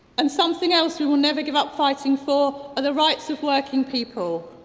and something else we will never give up fighting for are the rights of working people.